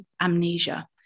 amnesia